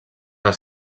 les